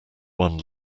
one